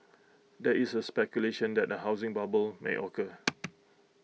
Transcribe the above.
there is A speculation that A housing bubble may occur